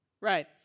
Right